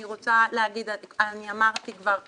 אני אמרתי כבר,